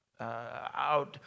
out